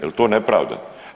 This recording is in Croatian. Jel to nepravda?